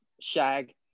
Shag